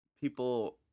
people